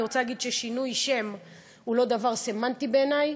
אני רוצה להגיד ששינוי שם הוא לא דבר סמנטי בעיני.